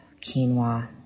quinoa